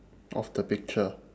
of the picture